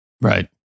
Right